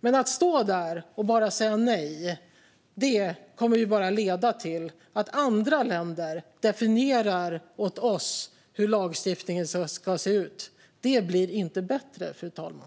Men om man står här och bara säger nej kommer det bara att leda till att andra länder definierar åt oss hur lagstiftningen ska se ut. Det blir inte bättre, fru talman.